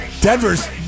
Denver's